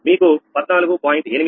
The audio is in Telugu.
మీకు 14